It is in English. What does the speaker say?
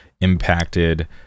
impacted